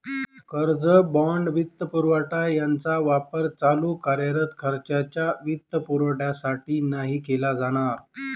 कर्ज, बाँड, वित्तपुरवठा यांचा वापर चालू कार्यरत खर्चाच्या वित्तपुरवठ्यासाठी नाही केला जाणार